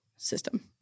System